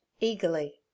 eagerly